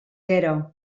gero